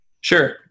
Sure